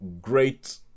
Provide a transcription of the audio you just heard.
great